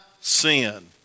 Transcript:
sin